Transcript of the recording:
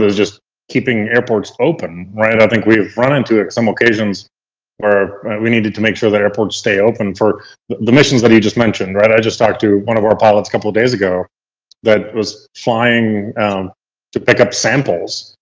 just keeping airports open, right? i think we've run into some occasions where we needed to make sure that airports stay open for the missions that you just mentioned, right? i just talked to one of our pilots a couple of days ago that was flying to pick up samples,